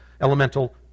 elemental